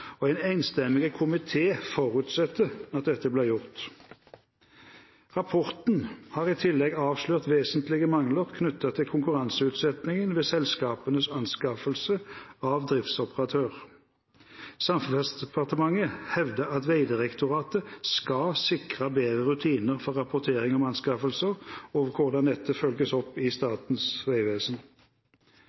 og en enstemmig komité forutsetter at dette blir gjort. Rapporten har i tillegg avslørt vesentlige mangler knyttet til konkurranseutsettingen ved selskapenes anskaffelse av driftsoperatør. Samferdselsdepartementet hevder at Vegdirektoratet skal sikre bedre rutiner for rapportering om anskaffelser og hvordan dette følges opp i Statens vegvesen.